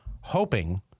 hoping